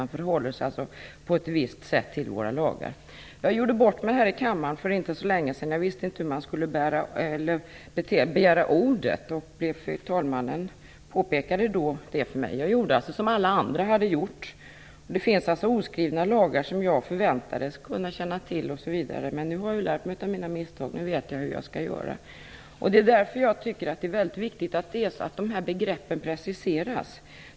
Man förhåller sig på ett visst sätt till våra lagar. Jag gjorde bort mig här i kammaren för inte så länge sedan. Jag visste inte hur man skall begära ordet, och talmannen påpekade det för mig. Jag gjorde alltså som alla andra hade gjort. Men det fanns oskrivna lagar som jag förväntades känna till. Nu har jag ju lärt mig av mina misstag, nu vet jag hur jag skall göra. Det är därför jag tycker att det är viktigt att de här begreppen preciseras.